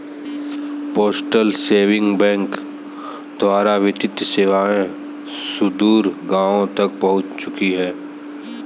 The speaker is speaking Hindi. पोस्टल सेविंग बैंक द्वारा वित्तीय सेवाएं सुदूर गाँवों तक पहुंच चुकी हैं